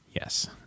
Yes